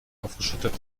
aufgeschüttet